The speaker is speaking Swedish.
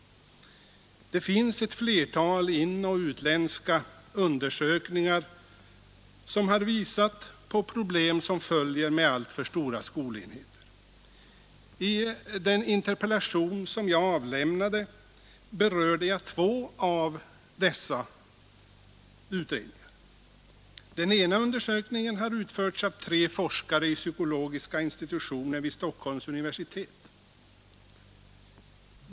I ett flertal inoch utländska undersökningar har man visat på problem som följer med alltför stora skolenheter. I min interpellation har jag berört två av dessa utredningar. Den ena undersökningen har utförts av tre forskare vid psykologiska institutionen vid Stockholms universitet.